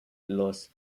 los